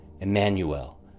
Emmanuel